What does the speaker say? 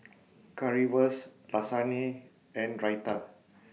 Currywurst Lasagne and Raita